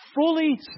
fully